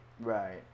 Right